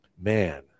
man